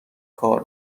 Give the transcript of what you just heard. کار